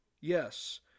Yes